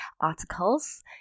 articles